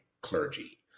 clergy